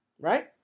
Right